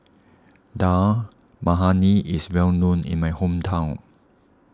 Dal Makhani is well known in my hometown